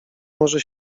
może